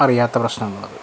അറിയാത്ത പ്രശ്നങ്ങളുത്